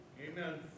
Amen